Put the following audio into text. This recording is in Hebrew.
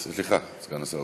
סליחה, סגן השר.